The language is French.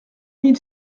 mille